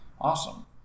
awesome